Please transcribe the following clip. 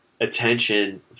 attention